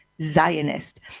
Zionist